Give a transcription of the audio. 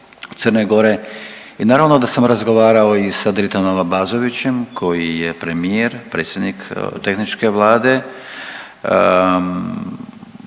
Crne Gore i naravno da sam razgovarao i sa Dritanom Abazovićem koji je premijer, predsjednik tehničke Vlade,